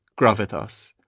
gravitas